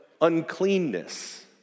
uncleanness